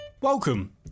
Welcome